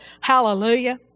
hallelujah